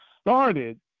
started